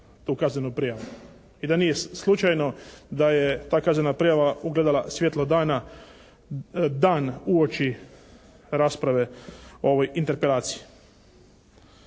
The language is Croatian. tu kaznenu prijavu i da nije slučajno da je ta kaznena prijava ugledala svijetlo dana, dan uoči rasprave o ovoj interpelaciji.